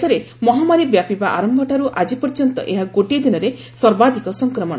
ଦେଶରେ ମହାମାରୀ ବ୍ୟାପିବା ଆରମ୍ଭଠାରୁ ଆଜିପର୍ଯ୍ୟନ୍ତ ଏହା ଗୋଟିଏ ଦିନରେ ସର୍ବାଧିକ ସଂକ୍ରମଣ